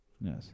Yes